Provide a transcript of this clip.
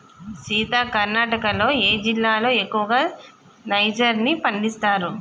సీత కర్ణాటకలో ఏ జిల్లాలో ఎక్కువగా నైజర్ ని పండిస్తారు